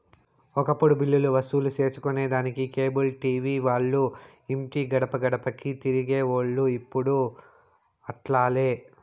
ఒకప్పుడు బిల్లులు వసూలు సేసుకొనేదానికి కేబుల్ టీవీ వాల్లు ఇంటి గడపగడపకీ తిరిగేవోల్లు, ఇప్పుడు అట్లాలే